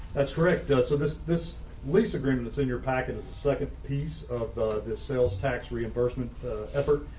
that's correct. so this this lease agreement it's in your packet as a second piece of the sales tax reimbursement effort.